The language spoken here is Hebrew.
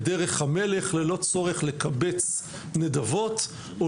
בדרך המלך ללא צורך לקבץ נדבות או